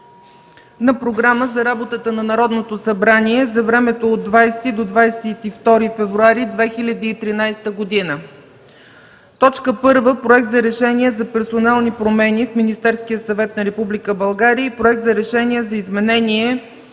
за Програма за работата на Народното събрание за времето от 20 до 22 февруари 2013 г.: „1. Проект за решение за персонални промени в Министерския съвет на Република България и Проект за решение за изменение